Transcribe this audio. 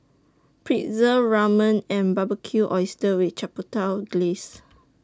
Pretzel Ramen and Barbecued Oysters with Chipotle Glaze